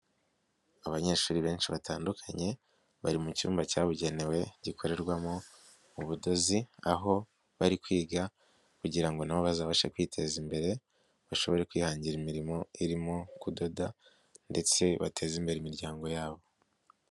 Abanyeshuri benshi batandukanye bari mu cyumba cyabugenewe gikorerwamo ubudozi, aho bari kwiga kugira na bo bazabashe kwiteza imbere, bashobore kwihangira imirimo irimo kudoda ndetse bateze imbere imiryango yabo.